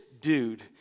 dude